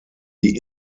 die